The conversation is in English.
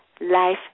life